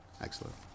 excellent